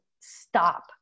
stop